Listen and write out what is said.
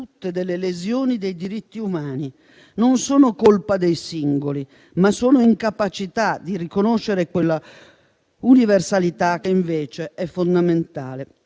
tutte lesioni dei diritti umani. Non derivano dalla colpa dei singoli, ma dall'incapacità di riconoscere quell'universalità che invece è fondamentale.